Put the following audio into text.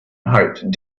hoped